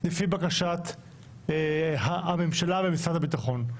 לפי בקשת הממשלה ומשרד הביטחון.